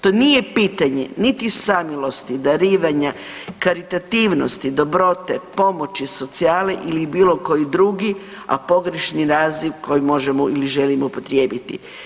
To nije pitanje niti samilosti, darivanja, karitativnosti, dobrote, pomoći socijali ili bilo koji drugi, a pogrešni naziv koji možemo ili želimo upotrijebiti.